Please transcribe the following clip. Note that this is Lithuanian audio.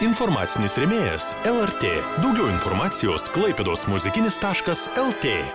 informacinis rėmėjas lrt daugiau informacijos klaipėdos muzikinis taškas lt